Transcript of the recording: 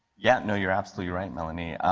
yeah you know you're absolutely right, melanie.